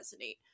resonate